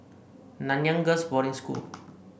Nanyang Girls' Boarding School